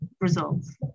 results